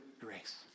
grace